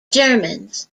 germans